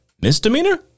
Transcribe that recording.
misdemeanor